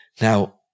Now